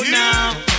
now